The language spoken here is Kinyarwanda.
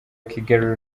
kigali